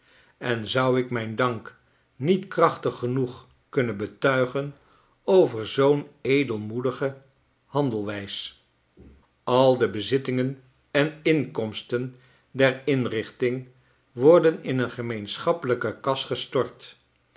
en zouikmijn dank niet krachtig genoeg kunnen betuigen over zoo'n edelmoedige handelwijs al de bezittingen en inkomsten der indenting worden in een gemeenschappelyke kas gestort